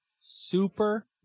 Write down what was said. super